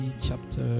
chapter